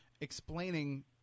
explaining